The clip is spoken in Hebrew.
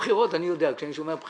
פרידה הייתה באמצע ההסבר של תיעוד עצמי.